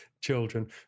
children